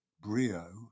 brio